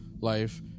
life